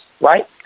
right